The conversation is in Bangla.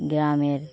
গ্রামের